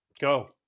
go